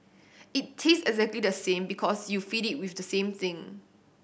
it taste exactly the same because you feed it with the same thing